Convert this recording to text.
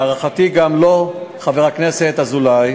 להערכתי לא רוצה בכך גם חבר הכנסת אזולאי,